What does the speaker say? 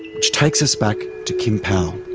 which takes us back to kim powell.